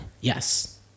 Yes